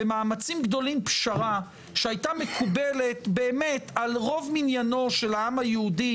במאמצים גדולים פשרה שהייתה מקובלת על רוב מניינו של העם היהודי,